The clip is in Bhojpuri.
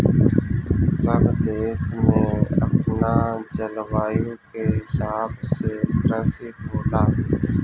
सब देश में अपना जलवायु के हिसाब से कृषि होला